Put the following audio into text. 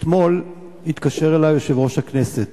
אתמול התקשר אלי יושב-ראש הכנסת